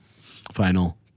Final